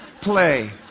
play